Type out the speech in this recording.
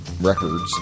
Records